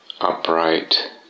upright